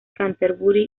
canterbury